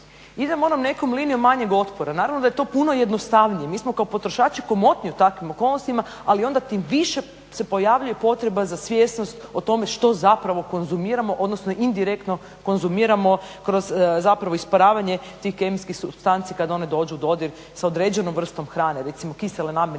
idemo onom nekom linijom manjeg otpora, naravno da je to puno jednostavnije. Mi smo kao potrošači komotniji u takvim okolnostima, ali onda tim više se pojavljuje potreba za svjesnost o tome što zapravo konzumiramo, odnosno indirektno konzumiramo kroz zapravo isparavanje tih kemijskih supstanci kada one dođu u dodir sa određenom vrstom hrane. Recimo, kisele namirnice